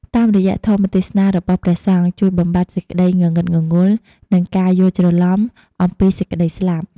តាមរយៈធម្មទេសនារបស់ព្រះសង្ឃជួយបំបាត់សេចក្តីងងឹតងងល់ និងការយល់ច្រឡំអំពីសេចក្តីស្លាប់។